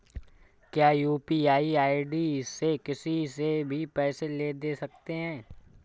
क्या UPI ID से किसी से भी पैसे ले दे सकते हैं?